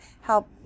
help